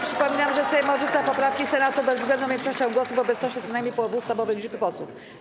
Przypominam, że Sejm odrzuca poprawki Senatu bezwzględną większością głosów w obecności co najmniej połowy ustawowej liczby posłów.